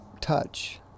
touch